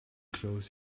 close